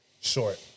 short